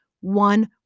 one